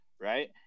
right